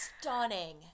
stunning